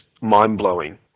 mind-blowing